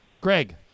Greg